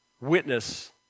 witness